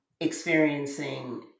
experiencing